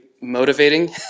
motivating